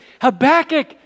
Habakkuk